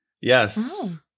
yes